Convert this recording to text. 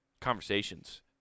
conversations